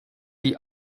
die